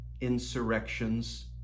insurrections